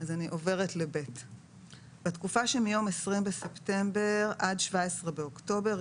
זה בעצם כבר היה לעניין החישוב של ה-70 אחוזים בכיתות ח' עד י"ב ברשות